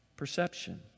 perception